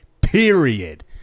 Period